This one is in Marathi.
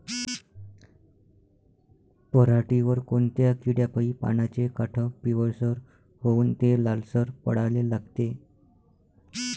पऱ्हाटीवर कोनत्या किड्यापाई पानाचे काठं पिवळसर होऊन ते लालसर पडाले लागते?